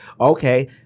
okay